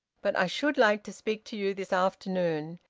but i should like to speak to you this afternoon.